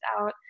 out